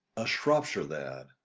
a shropshire lad,